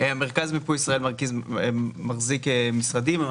מרכז מיפוי ישראל מחזיק משרדים.